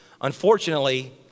Unfortunately